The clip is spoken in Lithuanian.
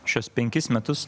šiuos penkis metus